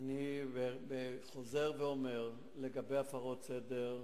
אני חוזר ואומר לגבי הפרות סדר: